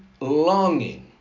longing